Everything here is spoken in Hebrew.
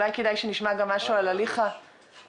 אולי כדאי שנשמע גם משהו על הליך התכנון.